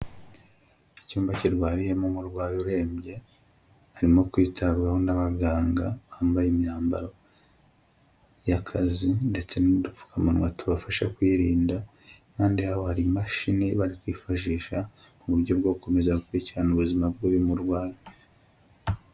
Icyumba kirwariyemo umurwayi urembye, arimo kwitabwaho n'abaganga bambaye imyambaro y'akazi ndetse n'udupfukamunwa tubafasha kwirinda; impande yabo hari imashini bari kwifashisha mu buryo bwo gukomeza gukurikirana ubuzima bw'uyu murwayi.